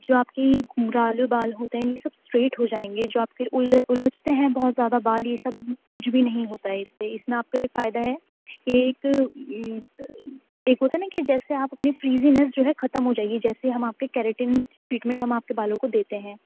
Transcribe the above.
جو آپ کے گھنگھرالے بال ہوتے ہیں یہ سب اسٹریٹ ہو جائیں گے جو آپ کے الجھتے ہیں بہت زیادہ بال یہ سب کچھ بھی نہیں ہوتا ہے اس سے اس میں آپ کا یہ فائدہ ہے کہ ایک ایک ہوتا ہے نا کہ جیسے آپ اپنی فریزینس جو ہے ختم ہو جائے گی جیسے ہم آپ کے کیریٹن ٹریٹمنٹ ہم آپ کے بالوں کو دیتے ہیں